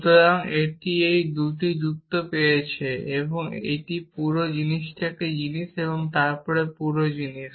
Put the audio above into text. সুতরাং এটি এই 2 টি যুক্তি পেয়েছে এই পুরো জিনিসটি একটি জিনিস এবং এই পুরো জিনিস